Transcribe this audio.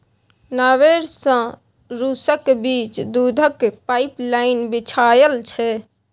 Norway सँ रुसक बीच दुधक पाइपलाइन बिछाएल छै